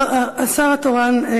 השר התורן,